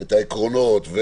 את העקרונות.